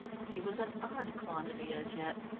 she was an odd quantity, as yet.